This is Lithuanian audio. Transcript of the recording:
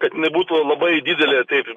kad jinai būtų labai didelė taip